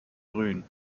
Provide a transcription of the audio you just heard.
grün